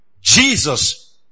Jesus